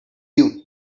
you